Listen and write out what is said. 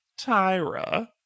Tyra